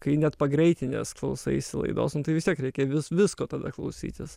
kai net pagreitinęs klausaisi laidos nu tai vis tiek reikia visko tada klausytis